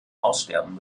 aussterben